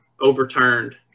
overturned